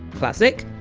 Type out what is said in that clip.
classic.